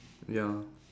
ya